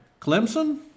Clemson